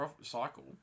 cycle